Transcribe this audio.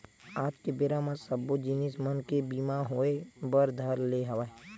आज के बेरा म सब्बो जिनिस मन के बीमा होय बर धर ले हवय